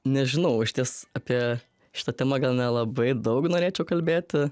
nežinau išties apie šita tema gal nelabai daug norėčiau kalbėti